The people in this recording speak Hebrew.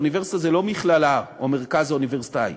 אוניברסיטה זה לא מכללה או מרכז אוניברסיטאי,